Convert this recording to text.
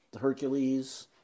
Hercules